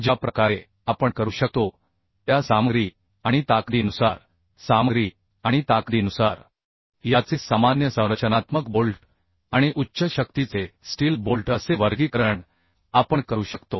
ज्या प्रकारे आपण करू शकतो त्या सामग्री आणि ताकदीनुसार सामग्री आणि ताकदीनुसार याचे सामान्य संरचनात्मक बोल्ट आणि उच्च शक्तीचे स्टील बोल्ट असे वर्गीकरण आपण करू शकतो